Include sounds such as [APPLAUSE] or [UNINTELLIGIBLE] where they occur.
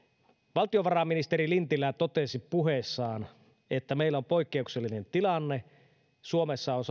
valtiovarainministeri lintilä totesi puheessaan että meillä on poikkeuksellinen tilanne suomessa on [UNINTELLIGIBLE]